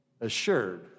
assured